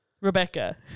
Rebecca